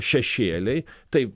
šešėliai tai